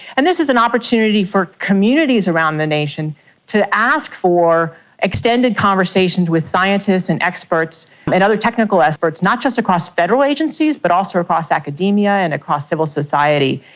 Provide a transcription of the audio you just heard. and this is an opportunity for communities around the nation to ask for extended conversations with scientists and experts and other technical experts, not just across federal agencies but also across academia and across civil society.